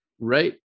Right